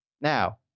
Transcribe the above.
Now